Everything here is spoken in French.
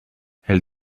elle